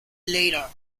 later